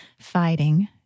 fighting